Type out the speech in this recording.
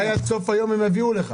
אולי עד סוף היום הם יביאו לך.